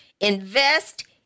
Invest